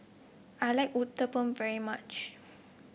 I like Uthapam very much